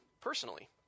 personally